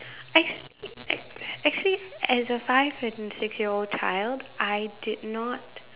actually act~ actually as a five and six year old child I did not